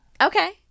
Okay